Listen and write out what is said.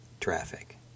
traffic